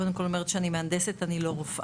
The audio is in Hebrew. קודם כל אני אומרת שאני מהנדסת, אני לא רופאה.